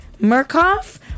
Murkoff